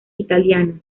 italianos